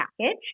package